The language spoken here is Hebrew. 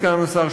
סגן השר,